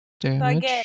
damage